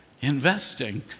investing